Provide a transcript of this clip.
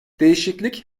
değişiklik